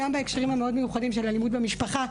גם בהקשרים המיוחדים מאוד של אלימות במשפחה,